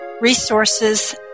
Resources